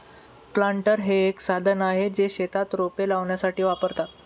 planter हे एक साधन आहे, जे शेतात रोपे लावण्यासाठी वापरतात